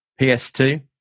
PS2